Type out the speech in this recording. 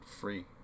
free